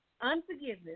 unforgiveness